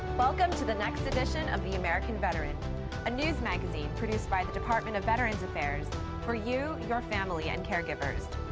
welcome to the next edition of the american veteran a news magazine produced by the department of veterans affairs for you, your family and caregivers.